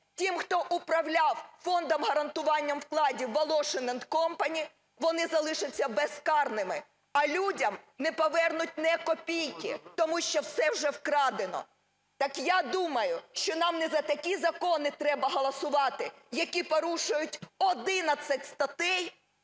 тим, хто управляв Фондом гарантування вкладів – Волошин and company, вони залишаться безкарними, а людям не повернуть ні копійки, тому що все вже вкрадено. Так, я думаю, що нам не за такі закони треба голосувати, які порушують 11 статей